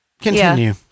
Continue